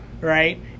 Right